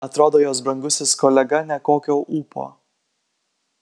atrodo jos brangusis kolega nekokio ūpo